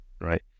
right